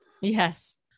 yes